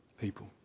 People